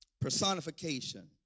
personification